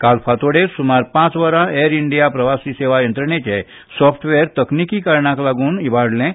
काल फांतोडेर सुमार पांच वरां एर इंडिया प्रवासी सेवा यंत्रणेचे सॉफ्टवेर तांत्रीक कारणांक लागून इबाडलें